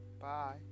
Bye